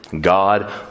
God